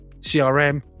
CRM